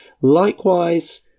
likewise